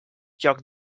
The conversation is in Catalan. joc